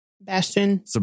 Bastion